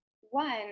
one